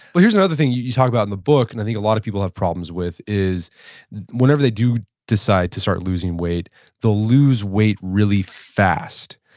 but here's another thing you you talk about in the book and i think a lot of people have problems with is whenever they do decide to start losing weight they'll lose weight really fast.